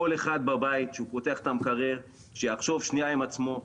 לכל אחד בבית שהוא פותח את המקרר שיחשוב שנייה עם עצמו,